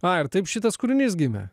a ir taip šitas kūrinys gimė